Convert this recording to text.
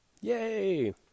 Yay